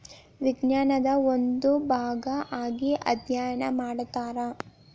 ವಿಜ್ಞಾನದ ಒಂದು ಭಾಗಾ ಆಗಿ ಅದ್ಯಯನಾ ಮಾಡತಾರ